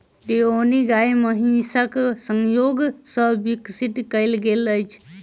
देओनी गाय महीसक संजोग सॅ विकसित कयल गेल अछि